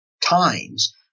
times